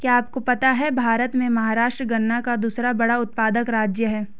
क्या आपको पता है भारत में महाराष्ट्र गन्ना का दूसरा बड़ा उत्पादक राज्य है?